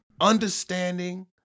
understanding